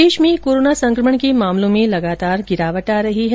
प्रदेश में कोरोना संकमण के मामलों में लगातार गिरावट आ रही है